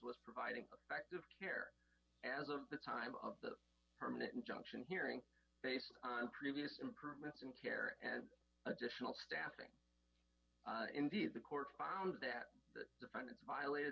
was providing effective care as of the time of the permanent injunction hearing based on previous improvements in care and additional staffing indeed the court found that the defendant violated